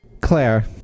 Claire